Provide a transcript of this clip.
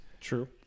True